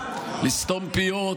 לסתום פיות,